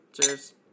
Cheers